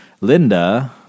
Linda